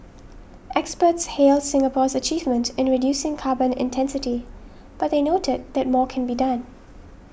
experts hailed Singapore's achievement in reducing carbon intensity but they noted that more can be done